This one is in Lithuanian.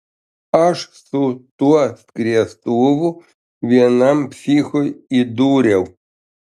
aš su tuo skriestuvu vienam psichui įdūriau